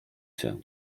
się